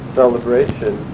celebration